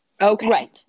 Okay